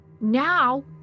Now